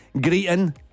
Greeting